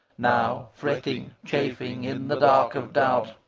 now, fretting, chafing in the dark of doubt,